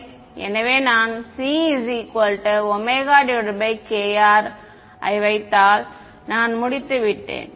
எனவே நான் cωkr ஐ வைத்தால் நான் முடித்துவிட்டேன்